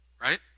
right